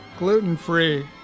gluten-free